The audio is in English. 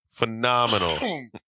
Phenomenal